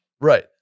Right